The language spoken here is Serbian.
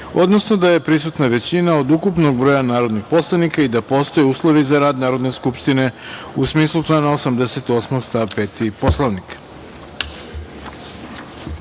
odnosno da je prisutna većina od ukupnog broja narodnih poslanika i da postoje uslovi za rad Narodne skupštine, u smislu člana 88. stav 5. Poslovnika. Da